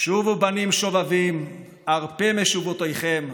"שובו בנים שובבים אֶרְפָּה משובֹתיכם",